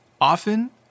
Often